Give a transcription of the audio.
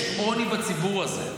יש עוני בציבור הזה.